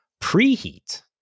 Preheat